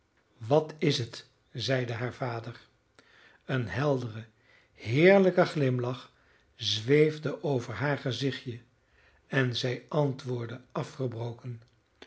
wat is het zeide haar vader een heldere heerlijke glimlach zweefde over haar gezichtje en zij antwoordde afgebroken